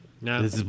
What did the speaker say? No